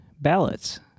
ballots